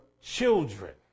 children